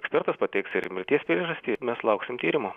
ekspertas pateiks ir mirties priežastį ir mes lauksim tyrimo